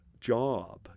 job